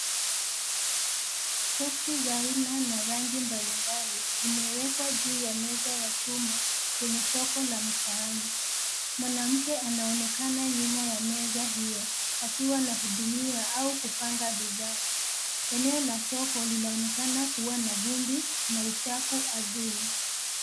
Soksi za aina na rangi mbalimbali zimewekwa juu ya meza ya chuma kwenye soko la mitaani. Mwanamke anaonekana nyumba ya meza hiyo akiwa anahudumia au kupanga bidhaa. Eneo la soko linaonekana kua na vumbi na uchafu ardhini.